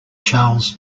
charles